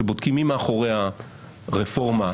כשבודקים מי מאחורי מה שנקרא "הרפורמה",